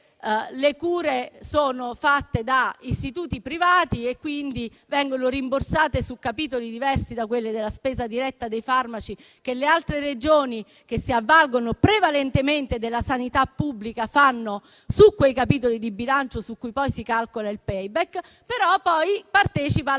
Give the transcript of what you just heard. le cure sono fatte da istituti privati e vengono rimborsate su capitoli diversi da quelli della spesa diretta dei farmaci che le altre Regioni, che si avvalgono prevalentemente della sanità pubblica, fanno su quei capitoli di bilancio su cui poi si calcola il *payback*, e però poi partecipa alla